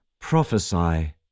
Prophesy